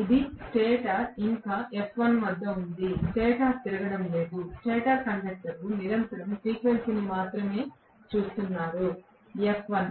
ఇది స్టేటర్ ఇంకా f1 వద్ద ఉంది స్టేటర్ తిరగడం లేదు స్టేటర్ కండక్టర్లు నిరంతరం ఫ్రీక్వెన్సీని మాత్రమే చూస్తున్నారు f1